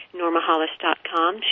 normahollis.com